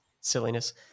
silliness